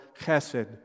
Chesed